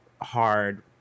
hard